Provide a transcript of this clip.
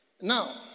Now